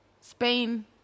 Spain